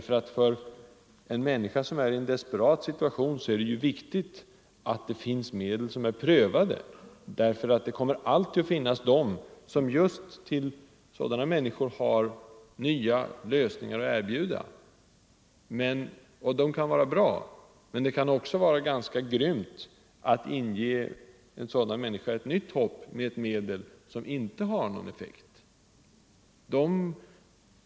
För en människa som är i en desperat situation är det viktigt att det finns medel som är prövade. Det kommer alltid att finnas de som har nya lösningar att erbjuda just sådana människor. De lösningarna kan vara bra, men det kan också vara ganska grymt att inge nytt hopp med ett medel som inte har någon effekt.